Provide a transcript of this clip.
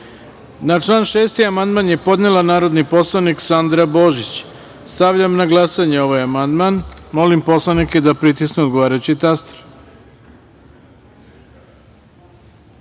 član 6. amandman je podnela narodni poslanik Sandra Božić. Stavljam na glasanje ovaj amandman. Molim narodne poslanike da pritisnu odgovarajući